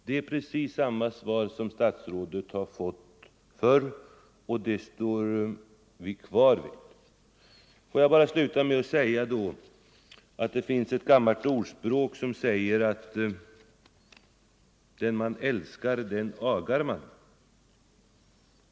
Det är precis samma svar som statsrådet har fått förr, och det står vi kvar vid. Det finns ett gammalt ordspråk som säger: Den man älskar, den agar man.